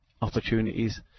opportunities